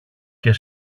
και